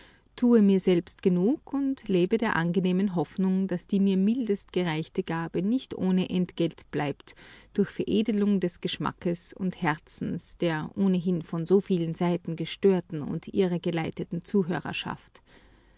tue mir selbst genug und lebe der angenehmen hoffnung daß die mir mildest gereichte gabe nicht ohne entgelt bleibt durch veredlung des geschmackes und herzens der ohnehin von so vielen seiten gestörten und irregeleiteten zuhörerschaft